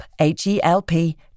H-E-L-P